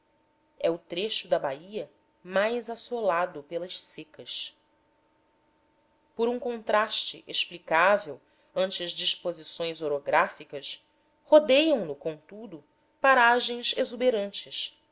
é o trecho da bahia mais assolado pelas secas por um contraste explicável ante as disposições orográficas rodeiam no contudo paragens exuberantes